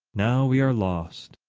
now we are lost.